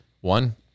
one